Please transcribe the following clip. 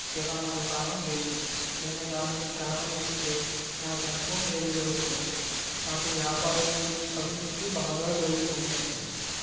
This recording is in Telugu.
కిరాణా దుకాణం లేదు నేను దానిని ప్రారంభిస్తే నాకు ఎంతో మేలు జరుగుతుంది నాకు వ్యాపార అభివృద్ధి బాగా జరుగుతుంది